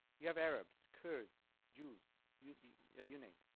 you have arabs, kurds, jews, you yeah you name